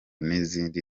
n’izindi